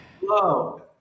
Hello